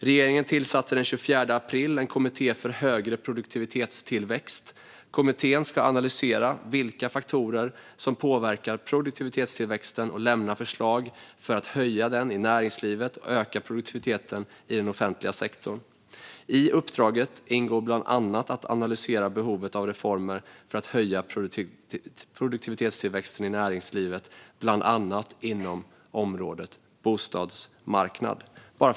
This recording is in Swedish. Regeringen tillsatte den 24 april en kommitté för högre produktivitetstillväxt. Kommittén ska analysera vilka faktorer som påverkar produktivitetstillväxten och lämna förslag för att höja den i näringslivet och öka produktiviteten i den offentliga sektorn. I uppdraget ingår bland annat att analysera behovet av reformer för att höja produktivitetstillväxten i näringslivet, bland annat inom området bostadsmarknad.